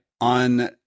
on